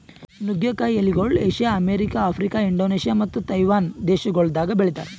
ನುಗ್ಗೆ ಕಾಯಿ ಎಲಿಗೊಳ್ ಏಷ್ಯಾ, ಅಮೆರಿಕ, ಆಫ್ರಿಕಾ, ಇಂಡೋನೇಷ್ಯಾ ಮತ್ತ ತೈವಾನ್ ದೇಶಗೊಳ್ದಾಗ್ ಬೆಳಿತಾರ್